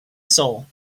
soul